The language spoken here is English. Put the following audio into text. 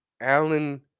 Alan